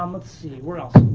um let's see, where else?